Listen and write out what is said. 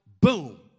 boom